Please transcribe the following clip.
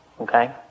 Okay